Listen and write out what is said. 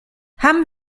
haben